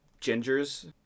gingers